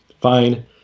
fine